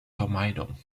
vermeidung